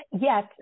Yes